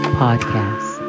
podcast